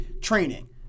training